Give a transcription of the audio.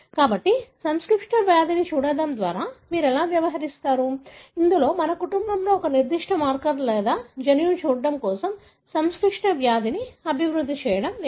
కాబట్టి సంక్లిష్ట వ్యాధిని చూడటం గురించి మీరు ఎలా వ్యవహరిస్తారు ఎందుకంటే మనము ఒక కుటుంబంలో ఒక నిర్దిష్ట మార్కర్ లేదా జన్యువును చూడటం మరియు సంక్లిష్ట వ్యాధిని అభివృద్ధి చేయడం లేదు